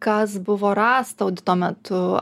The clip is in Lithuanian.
kas buvo rasta audito metu